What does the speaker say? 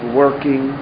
working